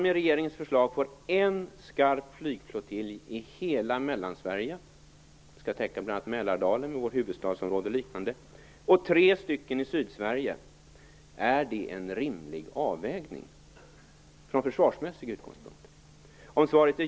Med regeringens förslag får man en skarp flygflottilj för hela Mellansverige, som skall täcka bl.a. Mälardalen och huvudstadsområdet, och tre flygflottiljer i Sydsverige. Är detta en rimlig avvägning från försvarsmässig utgångspunkt?